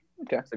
Okay